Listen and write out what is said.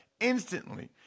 instantly